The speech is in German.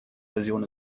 version